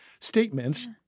statements